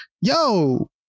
Yo